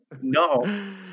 No